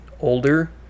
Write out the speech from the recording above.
older